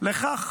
לכך